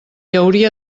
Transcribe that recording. hauria